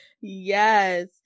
Yes